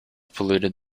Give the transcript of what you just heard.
polluted